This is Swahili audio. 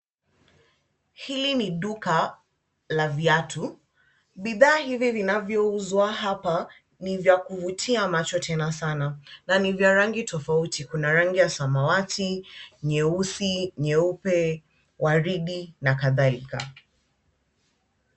Hili ni duka la viatu. Bidhaa hivi vinavyouzwa ni vya kuvutia macho tena sana na ni vya rangi tofauti. Kuna rangi ya samawati, nyeusi, nyeupe, waridi na kadhalika.